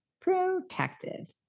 protective